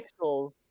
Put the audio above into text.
pixels